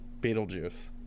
Beetlejuice